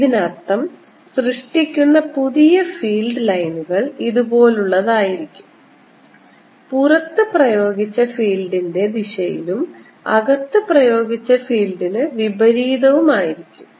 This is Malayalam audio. അതിനർത്ഥം സൃഷ്ടിക്കുന്ന പുതിയ ഫീൽഡ് ലൈനുകൾ ഇതുപോലുള്ളതായിരിക്കും പുറത്ത് പ്രയോഗിച്ച ഫീൽഡിന്റെ ദിശയിലും അകത്ത് പ്രയോഗിച്ച ഫീൽഡിന് വിപരീതവും ആയിരിക്കും